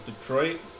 Detroit